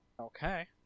Okay